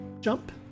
jump